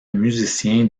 musicien